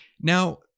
Now